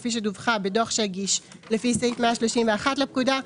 כפי שדווחה בדוח שהגיש לפי סעיף 131 לפקודה,